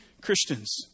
Christians